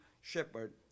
shepherd